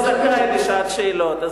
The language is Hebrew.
אז אני לא זכאי לשעת שאלות,